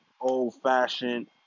old-fashioned